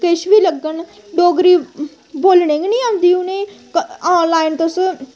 किश बी लग्गन डोगरी बोलने गै निं औंदी उ'नें गी ऑनलाइन तुस